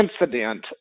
incident